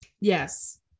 Yes